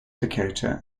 dakota